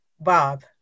Bob